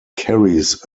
carries